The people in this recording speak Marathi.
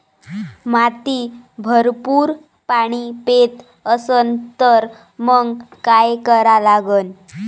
माती भरपूर पाणी पेत असन तर मंग काय करा लागन?